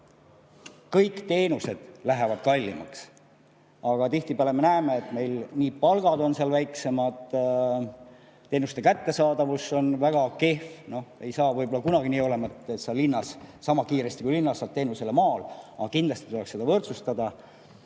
Kõik teenused lähevad kallimaks. Tihtipeale me näeme, et meil palgad on maal väiksemad, teenuste kättesaadavus on väga kehv. Noh, ei hakka võib-olla kunagi nii olema, et sama kiiresti kui linnas saad teenuse maal kätte, aga kindlasti tuleks seda võrdsustada.